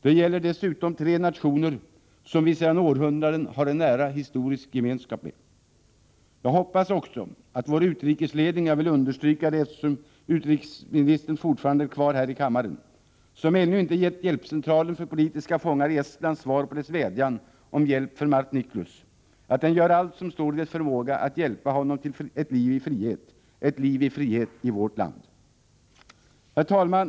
Det gäller dessutom tre nationer som vi sedan århundraden har en nära historisk gemenskap med. Jag hoppas också att vår utrikesledning — jag vill understryka det, eftersom utrikesministern fortfarande är kvar här i kammaren — som ännu inte gett Hjälpcentralen för politiska fångar i Estland svar på dess vädjan om hjälp för Mart Niklus, gör allt som står i dess förmåga för att hjälpa honom till frihet — till ett liv i frihet i vårt land.